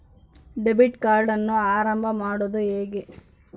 Debit ಕಾರ್ಡನ್ನು ಆರಂಭ ಮಾಡೋದು ಹೇಗೆ?